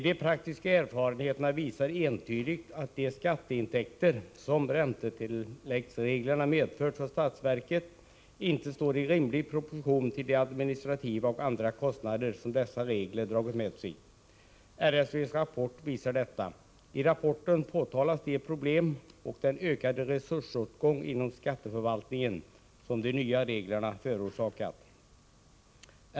De praktiska erfarenheterna visar entydigt att de skatteintäkter som räntetilläggsreglerna medfört för statsverket inte står i rimlig proportion till de administrativa och andra kostnader som dessa regler dragit med sig. RSV:s rapport visar detta. I rapporten påtalas de problem och den ökade resursåtgång inom skatteförvaltningen som de nya reglerna förorsakat.